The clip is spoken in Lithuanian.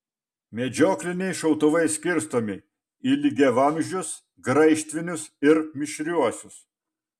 medžiokliniai šautuvai skirstomi į lygiavamzdžius graižtvinius ir mišriuosius